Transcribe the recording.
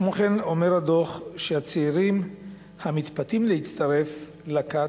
כמו כן אומר הדוח שהצעירים המתפתים להצטרף לכת,